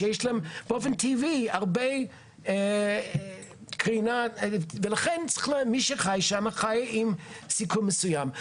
שיש להם באופן טבעי הרבה קרינה ולכן מי שחי שם חי עם סיכון מסוים.